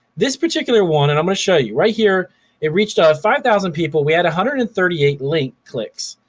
this particular one, and i'm gonna show you, right here it reached ah ah five thousand people. we had one hundred and thirty eight link clicks